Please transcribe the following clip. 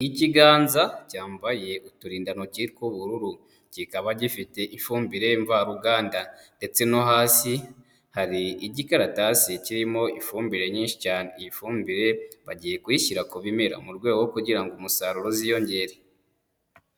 Ikiganza cyambaye uturindantoki tw'ubururu, kikaba gifite ifumbire mvaruganda ndetse no hasi hari igikaratasi kirimo ifumbire nyinshi, iyi fumbire bagiye kuyishyira ku bimera mu rwego rwo kugira ngo umusaruro uziyongere.